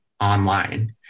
online